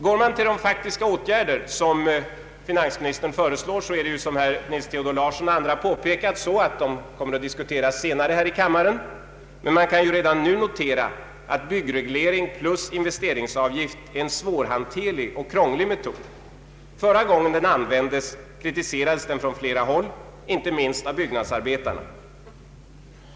Går man till de faktiska åtgärder som finansministern föreslår, så är det ju som herr Nils Theodor Larsson och andra påpekat så att dessa kommer att diskuteras senare här i kammaren, Man kan redan nu notera att byggreglering plus investeringsavgift är en svårhanterlig och krånglig metod. Förra gången den användes kritiserades den från flera håll, inte minst av byggnadsarbetarna.